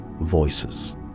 voices